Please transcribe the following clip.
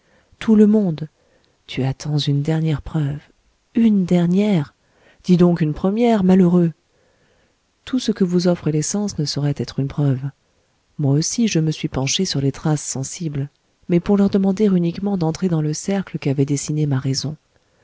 tout le monde tu attends une dernière preuve une dernière dis donc une première malheureux tout ce que vous offrent les sens ne saurait être une preuve moi aussi je me suis penché sur les traces sensibles mais pour leur demander uniquement d'entrer dans le cercle qu'avait dessiné ma raison